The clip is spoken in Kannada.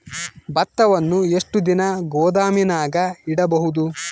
ಭತ್ತವನ್ನು ಎಷ್ಟು ದಿನ ಗೋದಾಮಿನಾಗ ಇಡಬಹುದು?